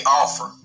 offer